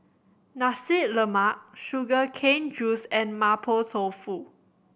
Nasi Lemak sugar cane juice and Mapo Tofu